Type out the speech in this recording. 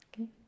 okay